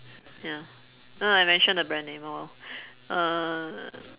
ya oh I mentioned the brand name oh well ah